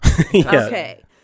Okay